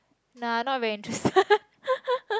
nah I not very interested